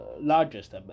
largest